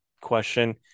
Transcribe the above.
question